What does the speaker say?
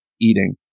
eating